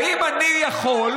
האם אני יכול,